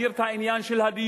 הזכיר את העניין של הדיור,